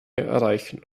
erreichen